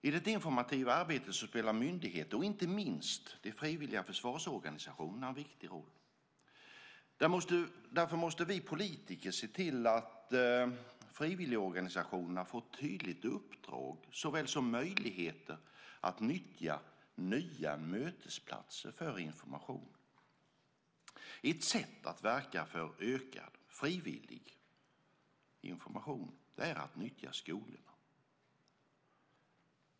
I det informativa arbetet spelar myndigheter och inte minst de frivilliga försvarsorganisationerna en viktig roll. Därför måste vi politiker se till att frivilligorganisationerna får ett tydligt uppdrag och möjligheter att nyttja nya mötesplatser för information. Ett sätt att åstadkomma detta är att utnyttja skolorna.